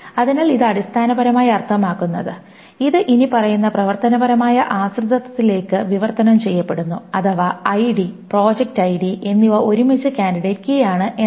അതിനാൽ ഇത് അടിസ്ഥാനപരമായി അർത്ഥമാക്കുന്നത് ഇത് ഇനിപ്പറയുന്ന പ്രവർത്തനപരമായ ആശ്രിതത്വത്തിലേക്ക് വിവർത്തനം ചെയ്യപ്പെടുന്നു അഥവാ ഐഡി പ്രോജക്റ്റ് ഐഡി എന്നിവ ഒരുമിച്ച് ക്യാൻഡിഡേറ്റ് കീയാണ് എന്നാണ്